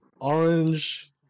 orange